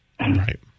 Right